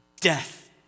death